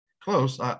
Close